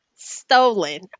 stolen